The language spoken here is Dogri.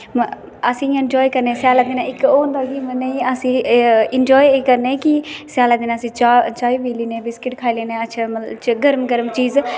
आसेंगी इनॅजाए करने श्याले दे दिने च इक ओह् होंदा कि अस इनॅजाए एह् करने कि स्याले दे दिने दा सीजन च चाह पी लेने हा बिस्किट खाई लैने अस मतलब गर्म गर्म चीज